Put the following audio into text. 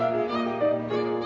uh